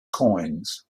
coins